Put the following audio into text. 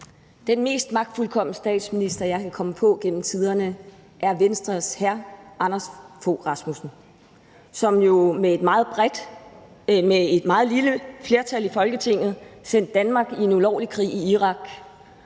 Den mest magtfuldkomne statsminister, jeg kan komme på gennem tiderne, er Venstres hr. Anders Fogh Rasmussen, som jo med et meget lille flertal i Folketinget sendte Danmark i en ulovlig krig i Irak.